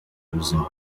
ubuzima